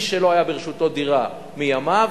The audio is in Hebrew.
מי שלא היתה ברשותו דירה מימיו,